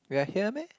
we are here meh